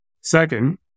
Second